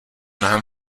nám